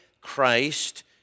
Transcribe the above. Christ